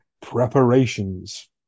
preparations